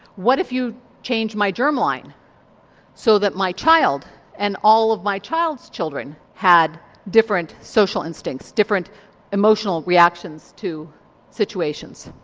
what if you changed my germ line so that my child and all of my child's children had different social instincts, different emotional reactions to situations?